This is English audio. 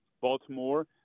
Baltimore